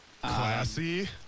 Classy